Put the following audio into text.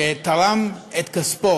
תרם את כספו,